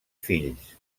fills